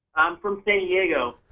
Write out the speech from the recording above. i'm from san diego.